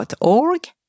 .org